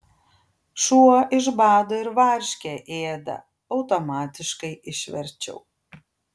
šuo iš bado ir varškę ėda automatiškai išverčiau